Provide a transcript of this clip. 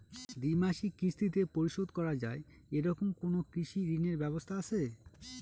দ্বিমাসিক কিস্তিতে পরিশোধ করা য়ায় এরকম কোনো কৃষি ঋণের ব্যবস্থা আছে?